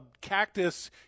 Cactus